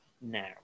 now